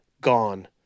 gone